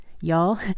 Y'all